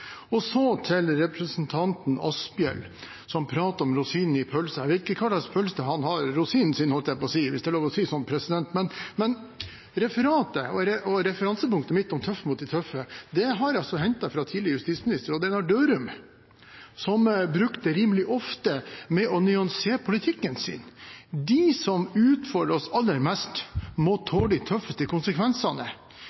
Så til representanten Asphjell, som pratet om rosinen i pølsa. Jeg vet ikke hva slags pølse han har rosinen sin i – holdt jeg på å si, hvis det er lov å si sånt – men referatet og referansepunktet mitt om å være tøff mot de tøffe, har jeg altså hentet fra tidligere justisminister Odd Einar Dørum, som rimelig ofte pleide å nyansere politikken sin. De som utfordrer oss aller mest, må